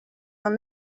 are